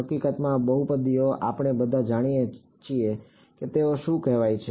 હકીકતમાં આ બહુપદીઓ આપણે બધા જાણીએ છીએ કે તેઓ શું કહેવાય છે